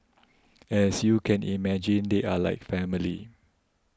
as you can imagine they are like family